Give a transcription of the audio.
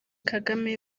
kagame